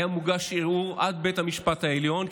היה מוגש ערעור עד בית המשפט העליון,